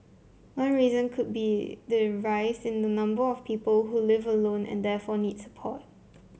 one reason could be the rise in the number of people who live alone and therefore needs support